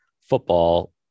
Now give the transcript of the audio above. football